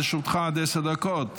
לרשותך עד עשר דקות, בבקשה.